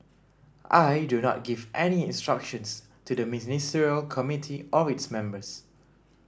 I do not give any instructions to the Ministerial Committee or its members